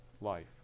life